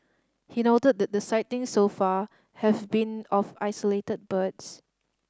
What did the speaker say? he noted that the sightings so far have been of isolated birds